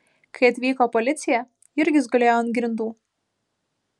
kai atvyko policija jurgis gulėjo ant grindų